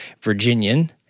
Virginian